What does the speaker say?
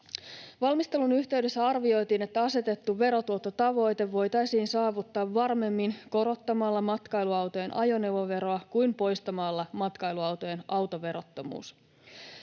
Valmistelun yhteydessä arvioitiin, että asetettu verotuottotavoite voitaisiin saavuttaa varmemmin korottamalla matkailuautojen ajoneuvoveroa kuin poistamalla matkailuautojen autoverottomuus.